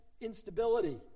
instability